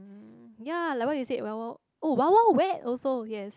ya like what you said wild wild oh Wild-Wild-Wet also yes